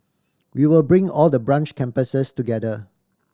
we will bring all the branch campuses together